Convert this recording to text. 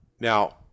Now